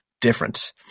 different